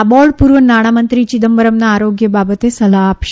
આ બોર્ડ પૂર્વ નાણાંમંત્રી ચિદમ્બરમના આરોગ્ય બાબતે સલાહ આપશે